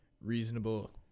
reasonable